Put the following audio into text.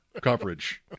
coverage